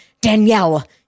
Danielle